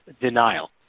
denial